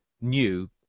new